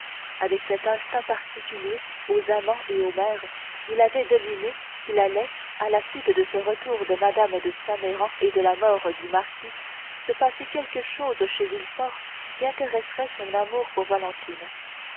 avec cet instinct particulier aux amants et aux mères il avait deviné qu'il allait à la suite de ce retour de mme de saint méran et de la mort du marquis se passer quelque chose chez villefort qui intéresserait son amour pour valentine